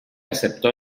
aceptó